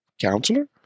counselor